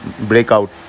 breakout